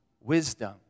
wisdom